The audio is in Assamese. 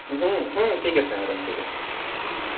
ঠিক আছে মেডাম ঠিক আছে